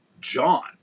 John